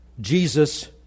Jesus